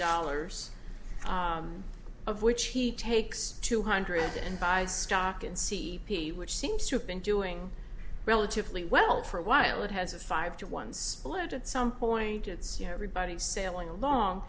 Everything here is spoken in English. dollars of which he takes two hundred and buys stock in c p which seems to have been doing relatively well for a while it has a five to one split at some point it's you know everybody's sailing along